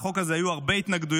לחוק הזה היו הרבה התנגדויות,